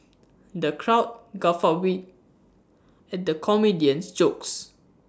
the crowd guffawed we at the comedian's jokes